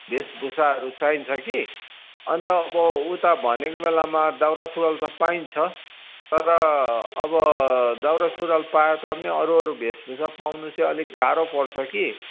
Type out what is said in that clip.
भेषभूषाहरू चाहिन्छ कि अनि त अब उता भनेको बेलामा दौरासुरुवाल त पाइन्छ तर अब दौरा सुरुवाल पाएता पनि अरू अरू भेषभूषा पाउनु चाहिँ अलिक गाह्रो पर्छ कि